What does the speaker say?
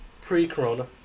pre-corona